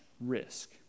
risk